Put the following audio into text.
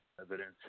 evidence